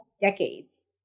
decades